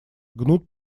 гнут